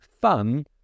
fun